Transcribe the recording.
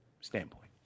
standpoint